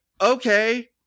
okay